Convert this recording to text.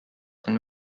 and